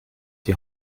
die